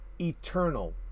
eternal